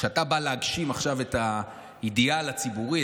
כשאתה בא להגשים עכשיו את האידיאל הציבורי,